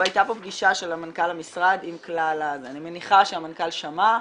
פגישה של מנכ"ל המשרד עם כלל ה- -- אני מניחה שהמנכ"ל שמע,